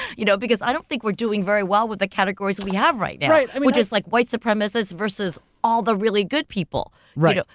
you know because i don't think we're doing very well with the categories that we have right now. right. and which is like white supremacist versus all the really good people. right. ah